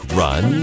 run